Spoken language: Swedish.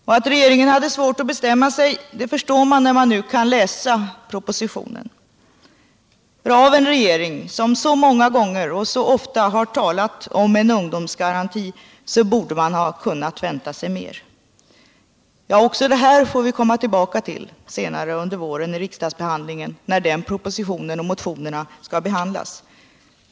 Och att regeringen hade svårt att bestämma sig förstår man, när man nu kan läsa propositionen. Av en regering som så många gånger och så ofta talat om en ungdomsgaranti borde man kunnat förvänta sig mer. Också detta får vi komma tillbaka till senare under våren när den propositionen och de motionerna skall behandlas.